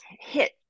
hit